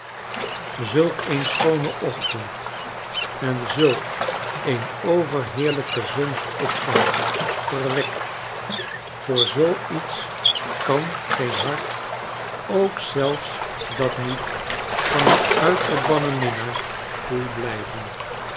zulk een schoonen ochtend en zulk een overheerlijken zonsopgang verwekt voor zoo iets kan geen hart ook zelfs dat niet van eenuitgebannen minnaar koel blijven